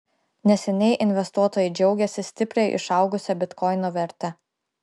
neseniai investuotojai džiaugėsi stipriai išaugusia bitkoino verte